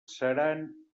seran